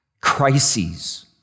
Crises